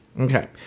Okay